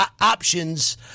options